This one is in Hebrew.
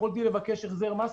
לא יכולתי לבקש החזר מס.